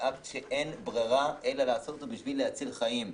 באקט שאין ברירה אלא לעשות אותו בשביל להציל חיים.